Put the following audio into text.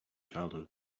childhood